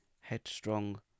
...headstrong